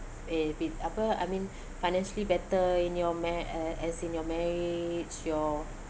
a bit apa I mean financially better in your ma~ as in your marriage your